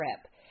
trip